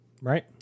Right